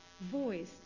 voice